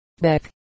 Beck